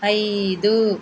ఐదు